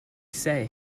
say